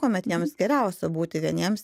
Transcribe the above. kuomet jiems geriausia būti vieniems